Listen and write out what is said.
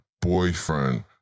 boyfriend